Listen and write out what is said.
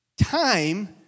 time